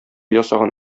ясаган